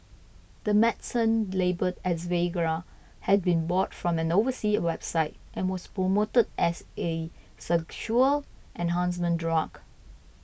the medicine labelled as Viagra had been bought from an oversea website and was promoted as a sexual enhancement drug